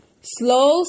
Slow